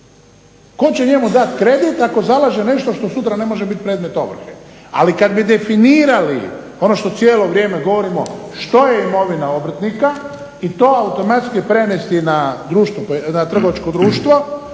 Tko će njemu dat kredit ako zalaže nešto što sutra ne može bit predmet ovrhe. Ali kad bi definirali, ono što cijelo vrijeme govorimo što je imovina obrtnika i to automatski prenesti na trgovačko društvo